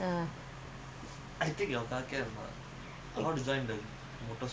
wait like that daddy stop already stop